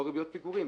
לא ריביות פיגורים,